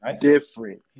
different